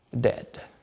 dead